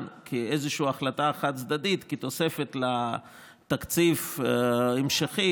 כאיזושהי החלטה חד-צדדית כתוספת לתקציב המשכי,